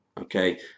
Okay